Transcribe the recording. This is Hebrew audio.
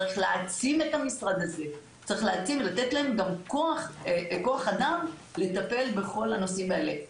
צריך להעצים את המשרד הזה ולתת להם גם כוח אדם לטפל בכל הנושאים האלה.